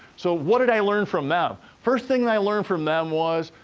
so, what did i learn from them? first thing that i learned from them was,